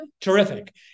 terrific